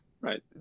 right